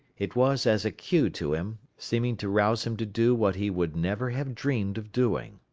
it was as a cue to him, seeming to rouse him to do what he would never have dreamed of doing.